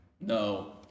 no